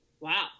Wow